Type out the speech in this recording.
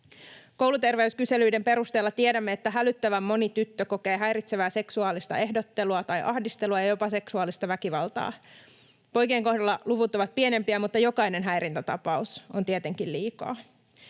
Kouluterveyskyselyiden perusteella tiedämme, että hälyttävän moni tyttö kokee häiritsevää seksuaalista ehdottelua tai ahdistelua ja jopa seksuaalista väkivaltaa. Poikien kohdalla luvut ovat pienempiä, mutta jokainen häirintätapaus on tietenkin liikaa.